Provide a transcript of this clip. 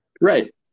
Right